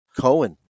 Cohen